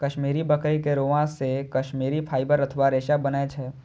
कश्मीरी बकरी के रोआं से कश्मीरी फाइबर अथवा रेशा बनै छै